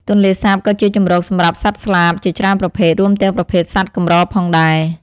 ទន្លេសាបក៏ជាជម្រកសម្រាប់សត្វស្លាបជាច្រើនប្រភេទ រួមទាំងប្រភេទសត្វកម្រផងដែរ។